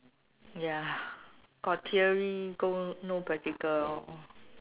ya got theory go no practical lor